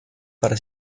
para